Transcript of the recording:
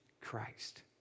Christ